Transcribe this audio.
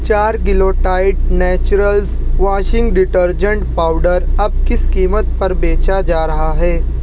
چار kilo Tide Naturals washing detergent powder اب کس قیمت پر بیچا جا رہا ہے